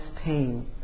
pain